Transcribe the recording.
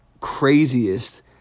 craziest